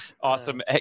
Awesome